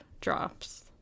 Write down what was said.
drops